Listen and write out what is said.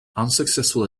unsuccessful